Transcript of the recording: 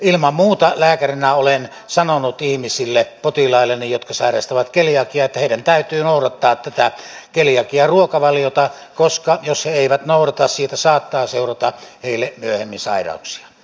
ilman muuta lääkärinä olen sanonut potilailleni jotka sairastavat keliakiaa että heidän täytyy noudattaa tätä keliakiaruokavaliota koska jos he eivät noudata siitä saattaa seurata heille myöhemmin sairauksia